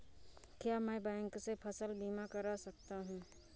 क्या मैं बैंक से फसल बीमा करा सकता हूँ?